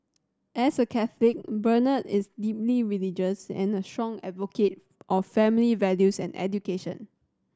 as a Catholic Bernard is deeply religious and a strong advocate of family values and education